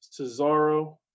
Cesaro